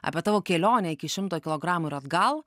apie tavo kelionę iki šimto kilogramų ir atgal